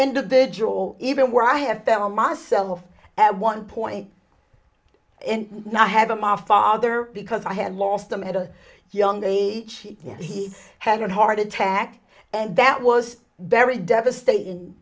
individual or even where i have found myself at one point and not have him our father because i had lost them at a young age yet he had a heart attack and that was very devastating